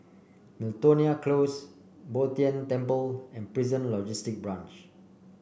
Miltonia Close Bo Tien Temple and Prison Logistic Branch